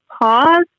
pause